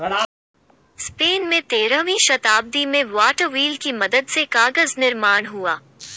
Spain में तेरहवीं शताब्दी में वाटर व्हील की मदद से कागज निर्माण हुआ